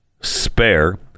Spare